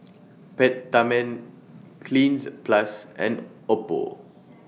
Peptamen Cleanz Plus and Oppo